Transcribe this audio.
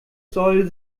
soll